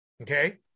okay